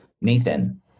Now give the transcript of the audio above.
Nathan